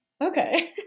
Okay